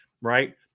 right